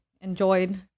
enjoyed